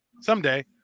Someday